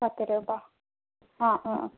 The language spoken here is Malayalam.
പത്തു രൂപാ ആ ആ